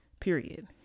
period